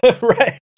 Right